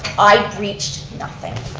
i breached nothing.